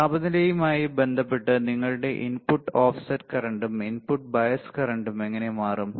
താപനിലയുമായി ബന്ധപ്പെട്ട് നിങ്ങളുടെ input offset കറന്റും ഇൻപുട്ട് ബയസ് കറന്റും എങ്ങനെ മാറും